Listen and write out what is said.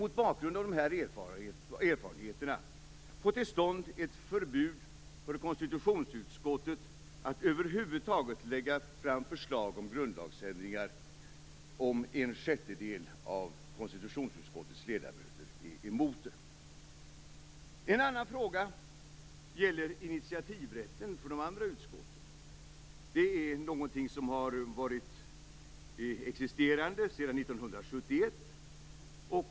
Mot bakgrund av de här erfarenheterna vill vi moderater få till stånd ett förbud för konstitutionsutskottet att över huvud taget lägga fram förslag om grundlagsändringar om en sjättedel av dess ledamöter är emot det. En annan fråga gäller initiativrätten för de andra utskotten. Det är något som har varit existerande sedan 1971.